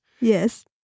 Yes